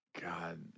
God